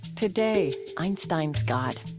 today, einstein's god.